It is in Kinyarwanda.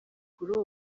kuri